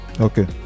Okay